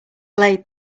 laid